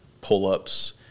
pull-ups